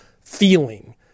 feeling